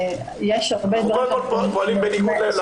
יש הרבה דברים --- 'אנחנו קודם כל פועלים בניגוד להמלצות'.